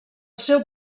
seu